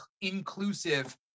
inclusive